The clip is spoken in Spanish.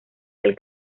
del